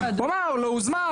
הוא אמר לא הוזמן,